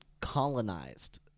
colonized